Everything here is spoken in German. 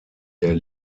der